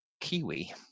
Kiwi